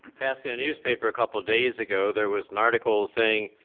pasadena newspaper a couple of days ago, there was an article saying,